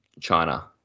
China